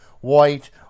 white